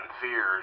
fears